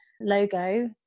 logo